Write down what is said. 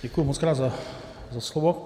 Děkuji mockrát za slovo.